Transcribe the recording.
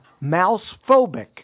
mouse-phobic